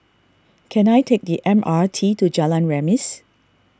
can I take the M R T to Jalan Remis